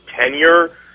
tenure